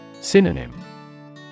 Synonym